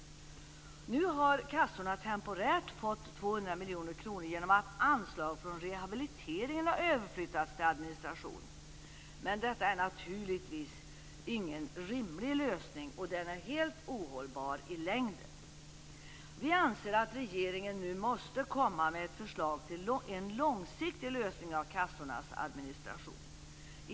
Nu har kassorna temporärt fått 200 miljoner kronor genom att anslag från rehabiliteringen har flyttats över till administrationen. Men detta är naturligtvis ingen rimlig lösning, och den är helt ohållbar i längden. Vi anser att regeringen nu måste komma med ett förslag till långsiktig lösning av problemen med kassornas administration.